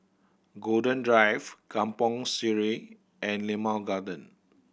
Golden Drive Kampong Sireh and Limau Garden